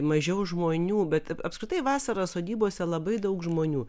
mažiau žmonių bet apskritai vasarą sodybose labai daug žmonių